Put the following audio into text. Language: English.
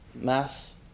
mass